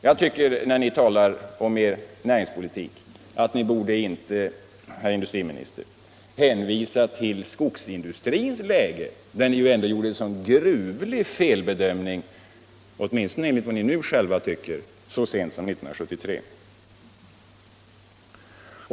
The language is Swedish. Jag tycker att ni, herr industriminister, när ni talar om näringspolitik inte borde hänvisa till skogsindustrins läge, där ni ju ändå gjorde en så gruvlig felbedömning — åtminstone enligt vad ni nu själva tycker — så sent som 1973.